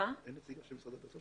אין נציג של משרד הדתות?